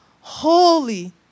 Holy